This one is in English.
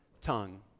tongue